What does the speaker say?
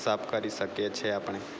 સાફ કરી શકીએ છીએ આપણે